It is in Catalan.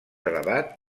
elevat